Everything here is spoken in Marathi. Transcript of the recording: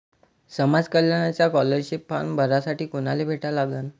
समाज कल्याणचा स्कॉलरशिप फारम भरासाठी कुनाले भेटा लागन?